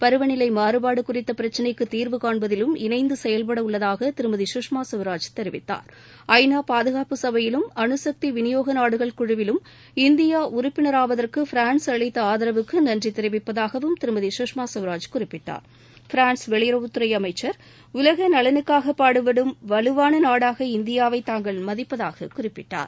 பருவநிலை மாறுபாடு குறித்த பிரச்சினைக்கு தீர்வுகாண்பதிலும் இணைந்து செயல்படவுள்ளதாக திருமதி சுஷ்மா ஸ்வராஜ் தெரிவித்தார் ஐநா பாதுகாப்பு சபையிலும் அனுக்தி விளியோக நாடுகள் குழுவிலும் இந்தியா உறுப்பினராவதற்கு பிரான்ஸ் அளித்த ஆதரவுக்கு நன்றி தெரிவிப்பதாகவும் திருமதி சுஷ்மா ஸ்வராஜ் குறிப்பிட்டார் பிரான்ஸ் வெளியுறவுத்துறை அமைச்சர் உலக நலனுக்காக பாடுபடும் வலுவான நாடாக இந்தியாவை தாங்கள் மதிப்பதாக குறிப்பிட்டார்